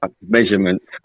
measurements